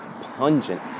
pungent